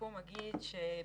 לסיכום אני אומר שאי